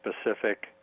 specific